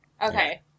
Okay